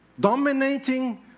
dominating